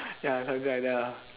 ya something like that lah